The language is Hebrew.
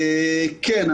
כן,